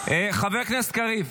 ------ חבר הכנסת קריב.